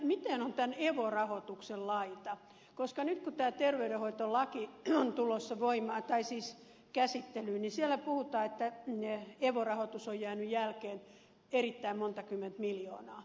miten on tämän evo rahoituksen laita koska nyt kun tämä terveydenhoitolaki on tulossa käsittelyyn siellä puhutaan että evo rahoitus on jäänyt jälkeen erittäin monta kymmentä miljoonaa